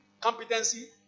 competency